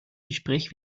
gespräch